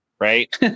Right